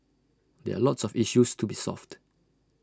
there are lots of issues to be solved